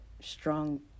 strong